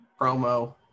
promo